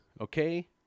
okay